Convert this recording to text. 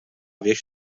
věž